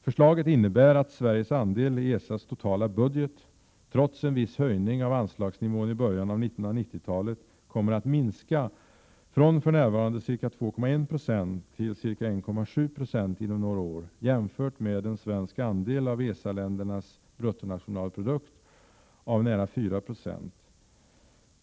Förslaget innebär att Sveriges andel i ESA:s totala budget — trots en viss höjning av anslagsnivån i början av 1990-talet — kommer att minska från för närvarande ca 2,1 9 till ca 1,7 20 inom några år, jämfört med en svensk andel av ESA-ländernas BNP av nära 4 96.